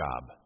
job